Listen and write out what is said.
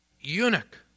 eunuch